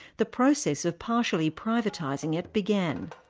the process of partially privatising it began.